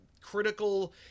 critical